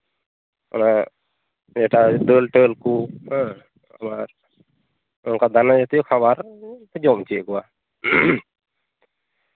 ᱚᱱᱟ ᱡᱮᱴᱟ ᱫᱟᱹᱞᱼᱴᱟᱹᱞ ᱠᱚ ᱦᱮᱸ ᱟᱨ ᱚᱱᱠᱟ ᱫᱟᱱᱟ ᱡᱟᱹᱛᱤᱭᱚ ᱠᱷᱟᱵᱟᱨ ᱠᱩᱧ ᱡᱚᱢ ᱚᱪᱚᱭᱮᱫ ᱠᱚᱣᱟ